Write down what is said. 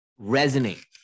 resonate